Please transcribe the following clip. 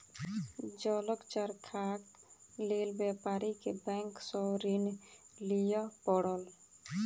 जलक चरखाक लेल व्यापारी के बैंक सॅ ऋण लिअ पड़ल